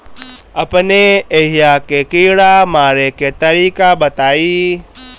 अपने एहिहा के कीड़ा मारे के तरीका बताई?